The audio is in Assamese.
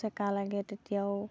চেকা লাগে তেতিয়াও